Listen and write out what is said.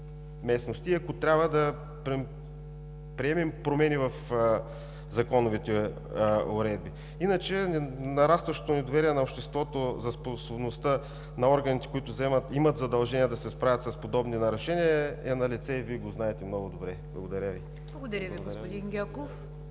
местности. Ако трябва – да приемем промени в законовите уредби. Иначе нарастващото недоверие на обществото за способността на органите, които имат задължения да се справят с подобни нарушения, е налице, и Вие го знаете много добре. Благодаря Ви. ПРЕДСЕДАТЕЛ НИГЯР